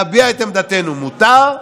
להביע את עמדתנו מותר,